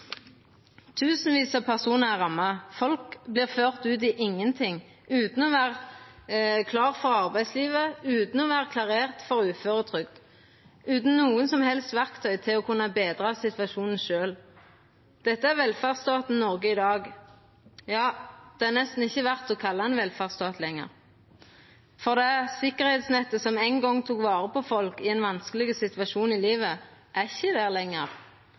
Tusenvis av personar er ramma. Folk vert førte ut i ingenting, utan å vera klare for arbeidslivet, utan å vera klarerte for uføretrygd, utan å ha nokre som helst verktøy for å kunna betra situasjonen sjølve. Dette er velferdsstaten Noreg i dag. Ja, han er nesten ikkje verd å kalla ein velferdsstat lenger, for det sikkerheitsnettet som ein gong tok vare på folk i ein vanskeleg situasjon i livet, er ikkje der lenger.